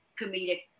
comedic